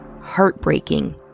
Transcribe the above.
heartbreaking